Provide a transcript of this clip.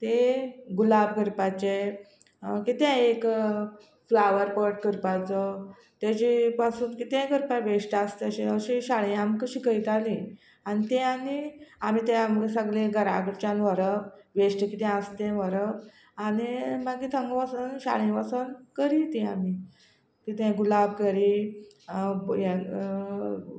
ते गुलाब करपाचे कितें एक फ्लावर पोट करपाचो तेजे पासून कितेंय करपा वेस्ट आस अशी शाळें आमकां शिकयताली आनी ते आनी आमी ते सगले घरा कडच्यान व्हरप वेस्ट कितें आस तें व्हरप आनी मागीर थांग वचून शाळें वचून करी ती आमी कितें गुलाब करी हें